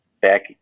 back